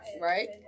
Right